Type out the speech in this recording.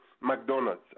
McDonald's